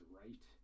right